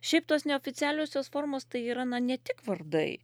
šiaip tos neoficialiosios formos tai yra na ne tik vardai